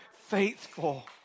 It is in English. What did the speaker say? faithful